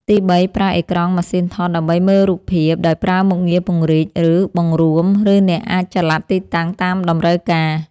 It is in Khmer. ទី3 ប្រើអេក្រង់ម៉ាស៊ីនថតដើម្បីមើលរូបភាព ដោយប្រើមុខងារពង្រីក ឬបង្រួម ឬអ្នកអាចចល័តទីតាំងតាមតម្រូវការ។